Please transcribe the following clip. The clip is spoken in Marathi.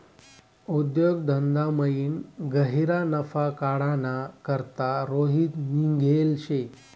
उद्योग धंदामयीन गह्यरा नफा काढाना करता रोहित निंघेल शे